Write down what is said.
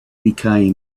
became